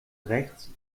rechts